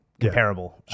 comparable